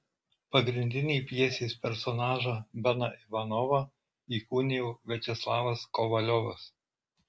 pagrindinį pjesės personažą beną ivanovą įkūnijo viačeslavas kovaliovas